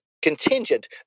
contingent